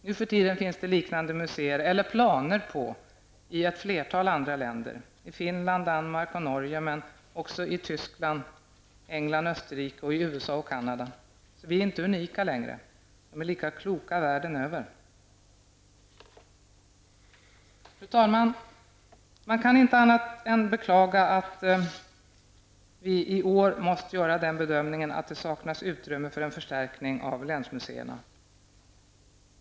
Nu för tiden finns det liknande museer eller planer på sådana i ett flertal andra länder: i Finland, Danmark och Norge men också i Tyskland, England, Österrike, USA och Canada. Vi är alltså inte unika längre -- de är lika kloka världen över. Fru talman! Man kan inte annat än beklaga att vi i år måste göra den bedömningen att det saknas utrymme för en förstärkning av länsmuseerna.